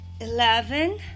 eleven